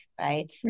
right